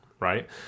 Right